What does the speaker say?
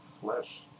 flesh